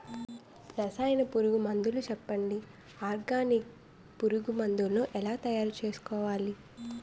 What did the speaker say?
రసాయన పురుగు మందులు చెప్పండి? ఆర్గనికంగ పురుగు మందులను ఎలా తయారు చేయాలి?